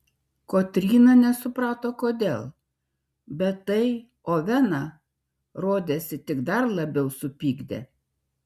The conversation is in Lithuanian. kotryna nesuprato kodėl bet tai oveną rodėsi tik dar labiau supykdė